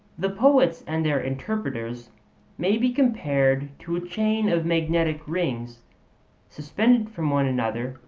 the poets and their interpreters may be compared to a chain of magnetic rings suspended from one another,